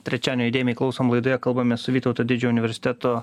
trečiadienio įdėmiai klausom laidoje kalbamės su vytauto didžiojo universiteto